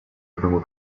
одного